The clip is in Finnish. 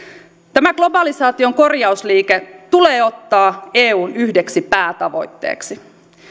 tämä globalisaation korjausliike tulee ottaa eun yhdeksi päätavoitteeksi